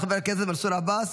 חבר הכנסת מנסור עבאס,